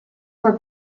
were